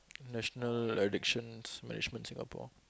national addictions management Singapore